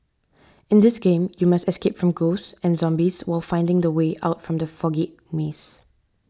in this game you must escape from ghosts and zombies while finding the way out from the foggy maze